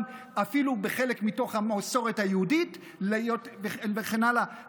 אפילו בחלק מתוך המסורת היהודית וכן הלאה,